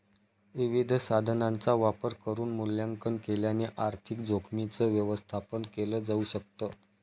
विविध साधनांचा वापर करून मूल्यांकन केल्याने आर्थिक जोखीमींच व्यवस्थापन केल जाऊ शकत